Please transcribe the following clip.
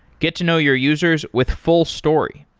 get to know your users with fullstory.